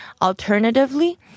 Alternatively